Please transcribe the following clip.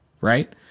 right